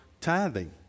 tithing